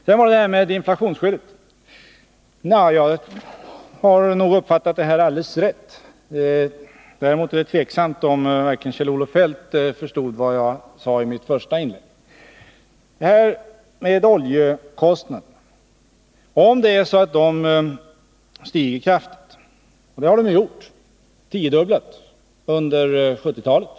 Sedan gällde det inflationsskyddet. Jag har nog uppfattat det här alldeles rätt. Däremot är det tveksamt om Kjell-Olof Feldt förstod vad jag sade i mitt första inlägg. Oljekostnaderna har stigit mycket kraftigt, de har tiodubblats under 1970-talet.